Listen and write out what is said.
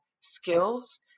skills